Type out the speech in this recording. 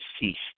ceased